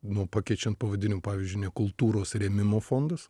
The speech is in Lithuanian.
nu pakeičiant pavadinimą pavyzdžiui ne kultūros rėmimo fondas